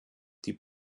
die